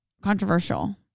controversial